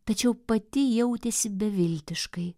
tačiau pati jautėsi beviltiškai